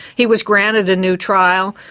he was granted a new trial.